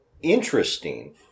Interesting